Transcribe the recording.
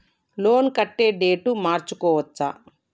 Loan కట్టే date మార్చుకోవచ్చా?